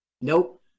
Nope